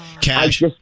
Cash